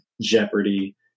Jeopardy